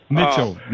Mitchell